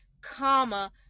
comma